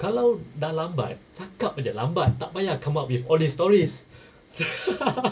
kalau dah lambat cakap aja lambat tak payah come up with all these stories